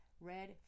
red